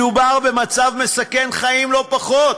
מדובר במצב מסכן חיים, לא פחות.